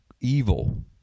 evil